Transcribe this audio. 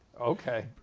Okay